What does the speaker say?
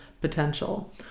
potential